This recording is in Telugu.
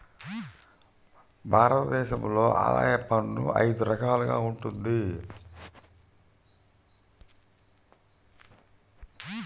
భారత దేశంలో ఆదాయ పన్ను అయిదు రకాలుగా వుంటది